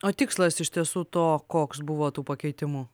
o tikslas iš tiesų to koks buvo tų pakeitimų